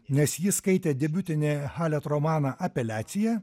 nes ji skaitė debiutinį halet romaną apeliacija